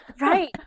Right